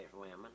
women